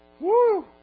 woo